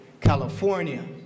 California